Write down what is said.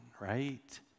Right